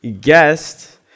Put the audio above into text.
guest